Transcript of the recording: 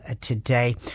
today